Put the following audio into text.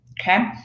Okay